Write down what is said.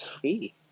free